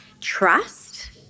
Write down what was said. trust